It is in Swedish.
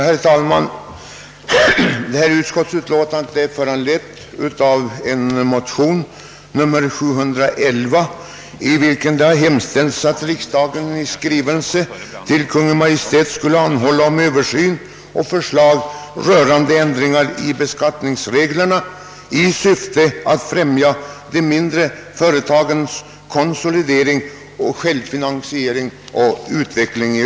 Herr talman! Föreliggande utskottsbetänkande är föranlett av motion nr 711 i denna kammare, i vilken hemställes att riksdagen i skrivelse till Kungl. Maj:t anhåller om översyn och förslag rörande ändringar i beskattningsreglerna i syfte att främja de mindre företagens konsolidering, självfinansiering och utveckling.